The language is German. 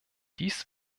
dies